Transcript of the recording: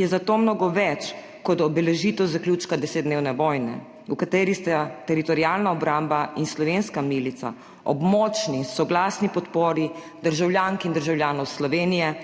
je zato mnogo več kot obeležitev zaključka desetdnevne vojne, v kateri sta Teritorialna obramba in slovenska milica ob močni soglasni podpori državljank in državljanov Slovenije